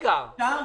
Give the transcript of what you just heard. אפשר?